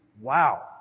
Wow